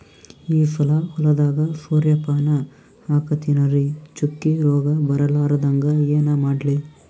ಈ ಸಲ ಹೊಲದಾಗ ಸೂರ್ಯಪಾನ ಹಾಕತಿನರಿ, ಚುಕ್ಕಿ ರೋಗ ಬರಲಾರದಂಗ ಏನ ಮಾಡ್ಲಿ?